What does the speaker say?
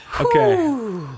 okay